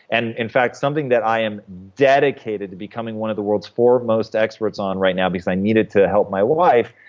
and in fact, something that i am dedicated to becoming one of the world's foremost experts on right now, because i needed to help me wife,